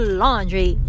laundry